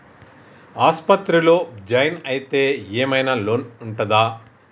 ఆస్పత్రి లో జాయిన్ అయితే ఏం ఐనా లోన్ ఉంటదా?